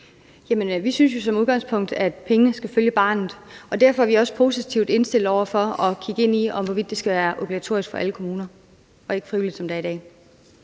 udgangspunkt, at pengene skal følge barnet, og derfor er vi også positivt indstillet over for at kigge ind i, hvorvidt det skal være obligatorisk for alle kommuner og ikke frivilligt, som det er i dag.